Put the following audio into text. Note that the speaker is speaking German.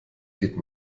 geht